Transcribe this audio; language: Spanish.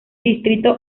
distrito